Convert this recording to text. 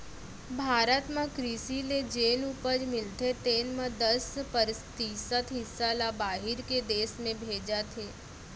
भारत म कृसि ले जेन उपज मिलथे तेन म दस परतिसत हिस्सा ल बाहिर के देस में भेजत हें